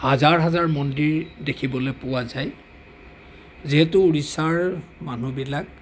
হাজাৰ হাজাৰ মন্দিৰ দেখিবলৈ পোৱা যায় যিহেতু উৰিষ্যাৰ মানুহবিলাক